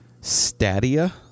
Stadia